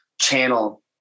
channel